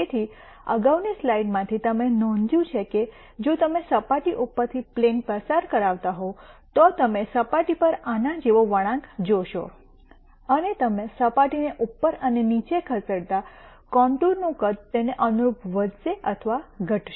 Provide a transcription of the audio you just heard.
તેથી અગાઉની સ્લાઇડમાંથી તમે નોંધ્યું છે કે જો તમે સપાટી ઉપરથી પ્લેન પસાર કરાવતા હોવ તો તમે સપાટી પર આના જેવો વળાંક જોશો અને તમે સપાટીને ઉપર અને નીચે ખસેડતાં કોંન્ટુરનું કદ તેને અનુરૂપ વધશે અથવા ઘટશે